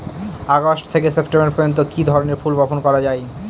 August থেকে September পর্যন্ত কি ধরনের ফুল বপন করা যায়?